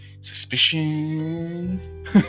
suspicion